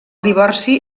divorci